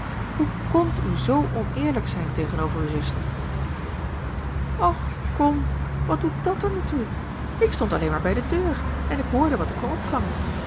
hoe kondt u zoo oneerlijk zijn tegenover uw zuster och kom wat doet dàt er nu toe ik stond alleen maar bij de deur en ik hoorde wat ik kon opvangen